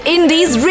Indies